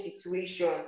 situation